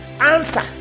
answer